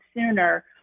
sooner